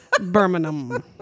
Birmingham